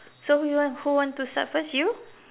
so you want who want to start first you